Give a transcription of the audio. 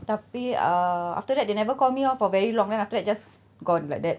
tapi uh after that they never call me oh for very long then after that just gone like that